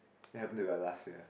that happen to the last year